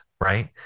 right